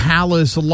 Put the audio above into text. Palace